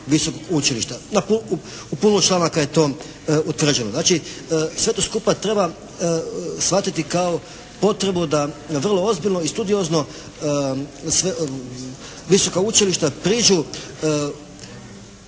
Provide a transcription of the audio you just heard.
visokog učilišta. U puno članaka je to utvrđeno. Znači sve to skupa treba shvatiti kao potrebu da vrlo ozbiljno i studiozno visoka učilišta priđu